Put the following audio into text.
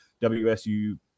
WSU